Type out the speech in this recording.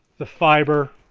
the fiber